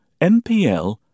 NPL